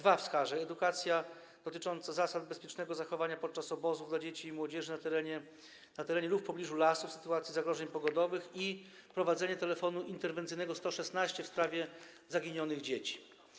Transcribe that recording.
Wskażę dwa: edukacja dotycząca zasad bezpiecznego zachowania podczas obozów dla dzieci i młodzieży na terenie lub w pobliżu lasów w sytuacji zagrożeń pogodowych i wprowadzenie telefonu interwencyjnego nr 116 000 w sprawie zaginionych dzieci.